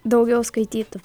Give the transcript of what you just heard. daugiau skaitytų